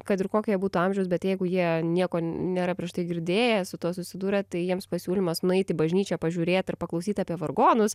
kad ir kokie jie būtų amžiaus bet jeigu jie nieko nėra prieš tai girdėję su tuo susidūrę tai jiems pasiūlymas nueit į bažnyčią pažiūrėt ir paklausyt apie vargonus